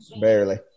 Barely